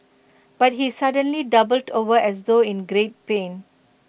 but he suddenly doubled over as though in great pain